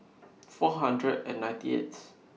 four hundred and ninety eighth